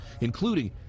including